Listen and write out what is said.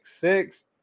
six